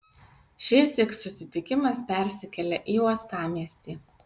šįsyk susitikimas persikelia į uostamiestį